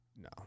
No